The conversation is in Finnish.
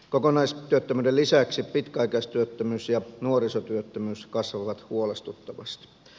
kokonaistyöttömyyden lisäksi pitkäaikaistyöttömyys ja nuorisotyöttömyys kasvavat huolestuttavasti